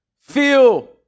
feel